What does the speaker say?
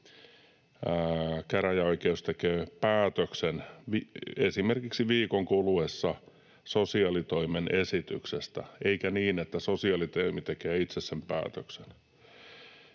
käräjäoikeus tekee päätöksen esimerkiksi viikon kuluessa sosiaalitoimen esityksestä, eikä niin, että sosiaalitoimi tekee itse sen päätöksen.